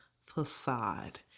facade